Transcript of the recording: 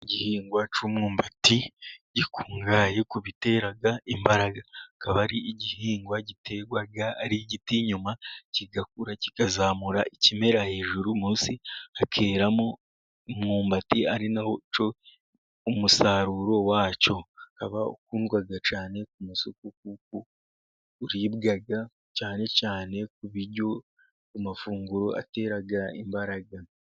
Igihingwa cy'umwumbati gikungahaye ku bitera imbaraga, akaba ari igihingwa giterwa ari igiti, nyuma kigakura, kikazamura ikimera hejuru, munsi hakeramo imwumbati, ari na cyo umusaruro wacyo ukaba ukundwa cyane ku masoko, kuko uribwa cyane cyane ku mafunguro atera imbaraga.